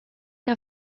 que